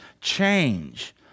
change